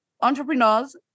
entrepreneurs